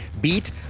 beat